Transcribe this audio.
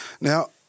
Now